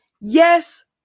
yes